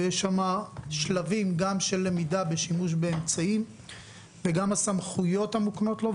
ויש שם שלבים גם של למידה בשימוש באמצעים וגם הסמכויות המוקנות לו,